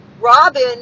Robin